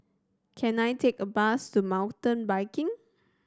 can I take a bus to Mountain Biking